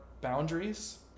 boundaries